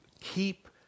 keep